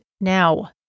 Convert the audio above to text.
now